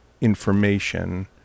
information